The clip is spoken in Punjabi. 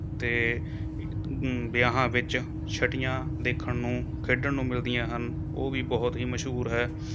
ਅਤੇ ਵਿਆਹਾਂ ਵਿੱਚ ਛਟੀਆਂ ਦੇਖਣ ਨੂੰ ਖੇਡਣ ਨੂੰ ਮਿਲਦੀਆਂ ਹਨ ਉਹ ਵੀ ਬਹੁਤ ਹੀ ਮਸ਼ਹੂਰ ਹੈ